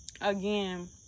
again